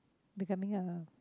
becoming a